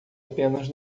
apenas